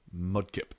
Mudkip